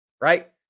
right